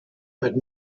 but